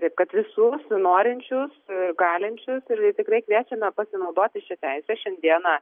taip kad visus norinčius galinčius ir tikrai kviečiame pasinaudoti šia teise šiandieną